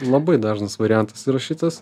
labai dažnas variantas yra šitas